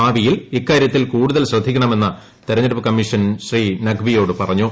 ഭാവിയിൽ ഇക്കാര്യത്തിൽ കൂടുതൽ ശ്രദ്ധിക്കണമെന്ന് തെരഞ്ഞെടുപ്പ് കമ്മീഷൻ ശ്രീ നഖ്വിയോട് പറഞ്ഞു